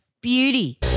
beauty